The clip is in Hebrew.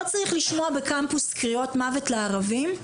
לא צריך לשמוע בקמפוס קריאות מוות לערבים,